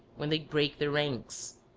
when they break their ranks.